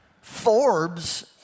Forbes